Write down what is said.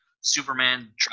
Superman